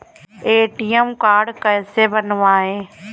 ATM card कैसे बनवाएँ?